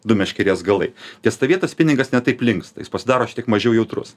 du meškerės galai ties ta vieta spiningas ne taip linksta jis pasidaro mažiau jautrus